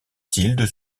tilde